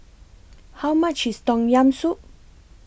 How much IS Tom Yam Soup